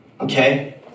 Okay